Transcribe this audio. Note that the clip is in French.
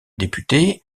députés